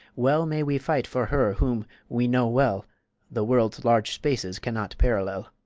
well may we fight for her whom we know well the world's large spaces cannot parallel.